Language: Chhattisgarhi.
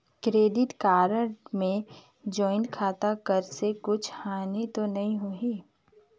क्रेडिट कारड मे ज्वाइंट खाता कर से कुछ हानि तो नइ होही?